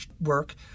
work